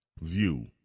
view